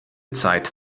zeit